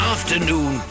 Afternoon